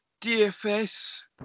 DFS